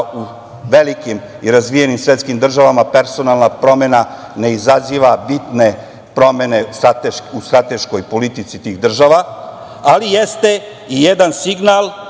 u velikim i razvijenim svetskim državama, personalna promena ne izaziva bitne promene u strateškoj politici tih država, ali jeste i jedan signal